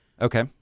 Okay